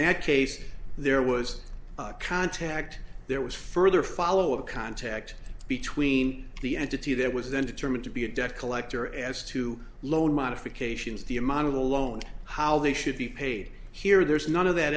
that case there was contact there was further follow of contact between the entity that was then determined to be a debt collector as to loan modifications the amount of the loan how they should be paid here there is none of that